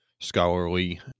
scholarly